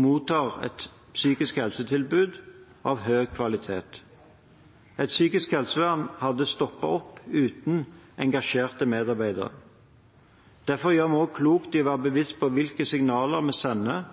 mottar et psykisk helsetilbud av høy kvalitet. Det psykiske helsevernet hadde stoppet opp uten engasjerte medarbeidere. Derfor gjør vi også klokt i å være bevisste på hvilke signaler vi sender